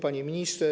Panie Ministrze!